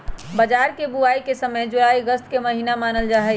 बाजरा के बुवाई के समय जुलाई अगस्त के महीना मानल जाहई